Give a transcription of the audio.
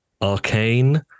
Arcane